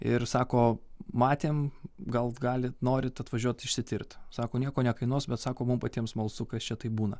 ir sako matėm gal galit norit atvažiuot išsitirt sako nieko nekainuos bet sako mum patiem smalsu kas čia taip būna